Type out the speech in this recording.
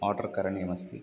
order करणीयमस्ति